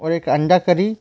और एक अंडा करी